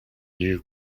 new